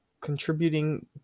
contributing